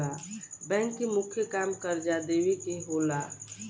bank के मुख्य काम कर्जा देवे के होला